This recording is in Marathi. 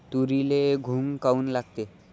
तुरीले घुंग काऊन लागते?